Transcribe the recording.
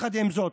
עם זאת,